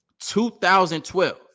2012